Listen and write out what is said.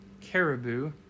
caribou